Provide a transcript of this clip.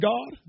God